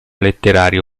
letterario